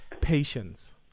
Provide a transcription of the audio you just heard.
patience